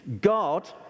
God